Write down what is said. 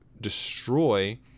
destroy